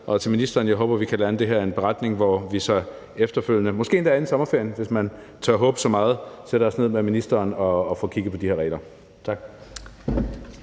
og til ministeren. Jeg håber, vi kan lande det her med en beretning, hvor vi så efterfølgende, måske endda inden sommerferien, hvis man tør håbe så meget, sætter os ned med ministeren og får kigget på de her regler. Tak.